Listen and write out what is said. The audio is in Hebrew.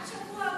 עד שבוע הבא,